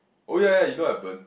oh ya ya you know what happen